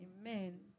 amen